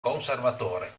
conservatore